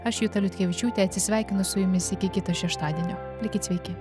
aš juta liutkevičiūtė atsisveikinu su jumis iki kito šeštadienio likit sveiki